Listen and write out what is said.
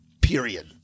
period